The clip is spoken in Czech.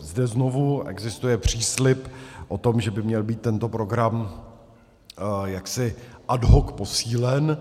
Zde znovu existuje příslib o tom, že by měl být tento program jaksi ad hoc posílen.